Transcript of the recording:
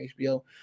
HBO